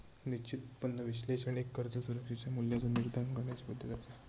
निश्चित उत्पन्न विश्लेषण एक कर्ज सुरक्षेच्या मूल्याचा निर्धारण करण्याची पद्धती असा